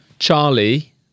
Charlie